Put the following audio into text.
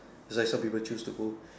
it's like some people choose to go